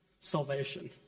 salvation